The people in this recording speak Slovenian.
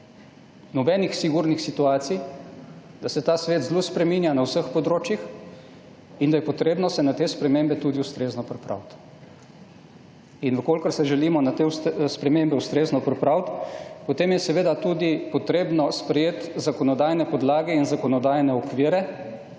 nobenih sigurnih situacij, da se ta svet zelo spreminja na vseh področjih in da je potrebno se na te spremembe tudi ustrezno pripraviti. In v kolikor se želimo na te spremembe ustrezno pripraviti, potem je seveda tudi potrebno sprejeti zakonodajo na podlagi in zakonodajne okvire,